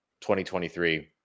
2023